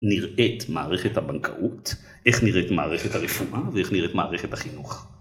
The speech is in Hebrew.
נראית מערכת הבנקאות, איך נראית מערכת הרפואה, ואיך נראית מערכת החינוך.